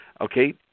Okay